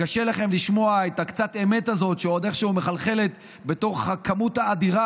קשה לכם לשמוע את מעט האמת הזאת שעוד איכשהו מחלחלת בתוך הכמות האדירה